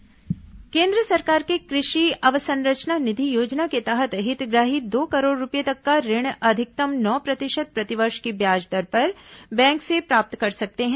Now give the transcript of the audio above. कृषि अवसंरचना निधि केन्द्र सरकार के कृषि अवसंरचना निधि योजना के तहत हितग्राही दो करोड़ रूपये तक का ऋण अधिकतम नौ प्रतिशत प्रतिवर्ष की ब्याज दर पर बैंक से प्राप्त कर सकते हैं